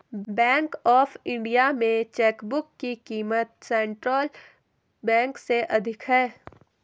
bank of India में chequebook की क़ीमत सेंट्रल बैंक से अधिक है